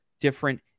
different